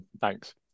Thanks